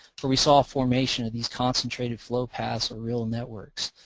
where we saw a formation of these concentrated flow paths or rill networks.